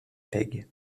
paige